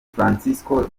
francisco